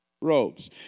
robes